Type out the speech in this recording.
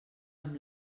amb